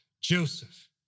Joseph